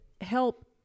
help